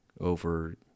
over